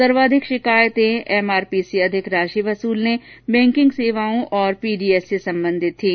सर्वाधिक शिकायतें एमआरपी से अधिक राशि वसूलने बैंकिंग सेवाओं और पीडीएस से संबंधित थीं